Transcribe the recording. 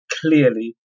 Clearly